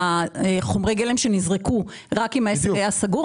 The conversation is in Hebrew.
חומרי גלם שנזרקו רק אם העסק היה סגור,